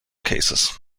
cases